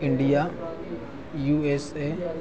India USA